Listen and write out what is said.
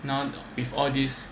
now with all this